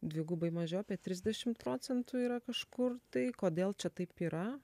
dvigubai mažiau apie trisdešim procentų yra kažkur tai kodėl čia taip yra